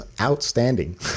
outstanding